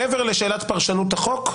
מעבר לשאלת פרשנות החוק,